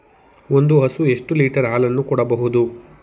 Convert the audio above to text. ಒಂದು ಹಸು ಎಷ್ಟು ಲೀಟರ್ ಹಾಲನ್ನು ಕೊಡಬಹುದು?